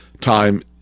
time